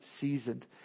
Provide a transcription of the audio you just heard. seasoned